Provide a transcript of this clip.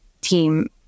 team